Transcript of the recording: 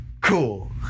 cool